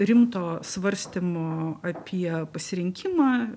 rimto svarstymo apie pasirinkimą